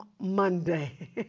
Monday